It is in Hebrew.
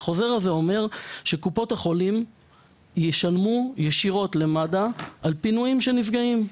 החוזר הזה אומר שקופות החולים ישלמו ישירות למד"א על פינויים של נפגעים,